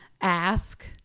ask